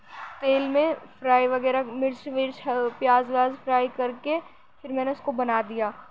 تیل میں فرائی وغیرہ مرچ ورچ پیاز ویاز فرائی کر کے پھر میں نے اس کو بنا دیا